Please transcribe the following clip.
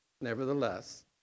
nevertheless